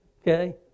Okay